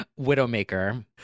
Widowmaker